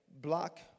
block